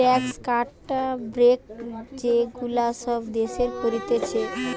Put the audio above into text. tax cut, break যে গুলা সব দেশের করতিছে